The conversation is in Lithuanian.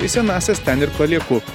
į senąsias ten ir palieku